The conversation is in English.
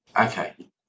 Okay